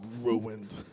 ruined